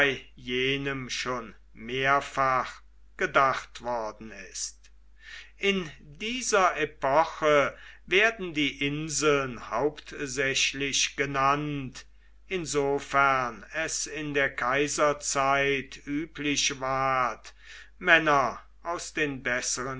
jenem schon mehrfach gedacht worden ist in dieser epoche werden die inseln hauptsächlich genannt insofern es in der kaiserzeit üblich ward männer aus den besseren